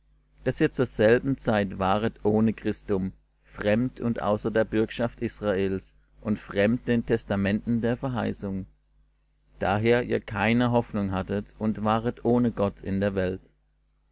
daß ihr zur selben zeit waret ohne christum fremd und außer der bürgerschaft israels und fremd den testamenten der verheißung daher ihr keine hoffnung hattet und waret ohne gott in der welt